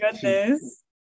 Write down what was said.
goodness